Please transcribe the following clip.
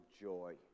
joy